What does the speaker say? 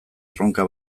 erronka